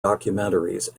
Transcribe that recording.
documentaries